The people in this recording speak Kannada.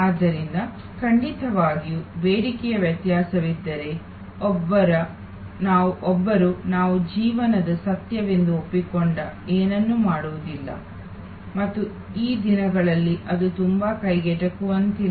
ಆದ್ದರಿಂದ ಖಂಡಿತವಾಗಿಯೂ ಬೇಡಿಕೆಯ ವ್ಯತ್ಯಾಸವಿದ್ದರೆ ಒಬ್ಬರು ನಾವು ಜೀವನದ ಸತ್ಯವೆಂದು ಒಪ್ಪಿಕೊಂಡ ಏನನ್ನೂ ಮಾಡುವುದಿಲ್ಲ ಮತ್ತು ಈ ದಿನಗಳಲ್ಲಿ ಅದು ತುಂಬಾ ಕೈಗೆಟುಕುವಂತಿಲ್ಲ